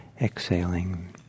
exhaling